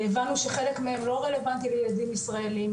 הבנו שחלק מהם לא רלוונטיים לילדים ישראלים,